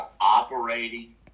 operating